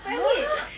!huh!